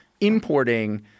importing